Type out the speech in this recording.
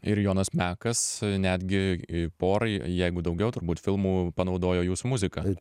ir jonas mekas netgi i porai jeigu daugiau turbūt filmų panaudojo jūsų muziką